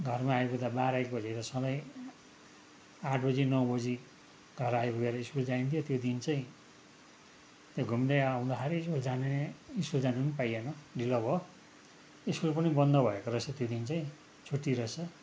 घरमा आइपुग्दा बाह्र एक बजे सधैँ आठ बजी नौ बजी घर आइपुगेर स्कुल जाइन्थ्यो त्यो दिन चाहिँ त्यो घुम्दै आउँदाखेरि स्कुल जाने स्कुल जानु नि पाइएन ढिलो भयो स्कुल पनि बन्द भएको रहेछ त्यो दिन चाहिँ छुट्टी रहेछ